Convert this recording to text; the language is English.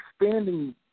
expanding